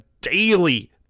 daily